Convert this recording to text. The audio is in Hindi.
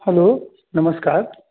हलो नमस्कार